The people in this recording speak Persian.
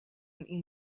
این